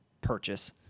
purchase